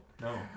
No